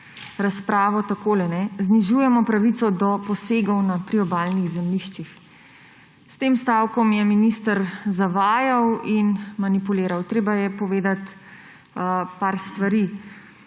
razpravo takole: znižujemo pravico do posegov na priobalnih zemljiščih. S tem stavkom je minister zavajal in manipuliral. Treba je povedati par stvari.